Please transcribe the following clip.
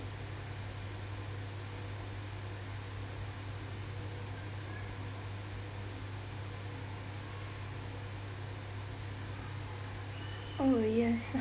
oh yes